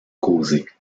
causé